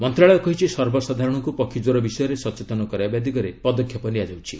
ମନ୍ତ୍ରଣାଳୟ କହିଛି ସର୍ବସାଧାରରଙ୍କୁ ପକ୍ଷୀକ୍ୱର ବିଷୟରେ ସଚେତନ କରାଇବା ଦିଗରେ ପଦକ୍ଷେପ ନିଆଯାଉଛି